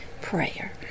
prayer